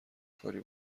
کاری